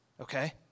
Okay